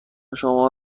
شما